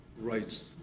rights